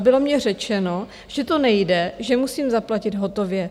Bylo mně řečeno, že to nejde, že musím zaplatit hotově.